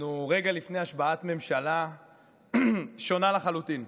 אנחנו רגע לפני השבעת מממשלה שונה לחלוטין,